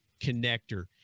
connector